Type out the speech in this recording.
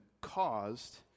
caused